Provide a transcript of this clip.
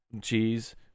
cheese